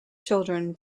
children